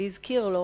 והזכיר לו